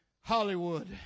Hollywood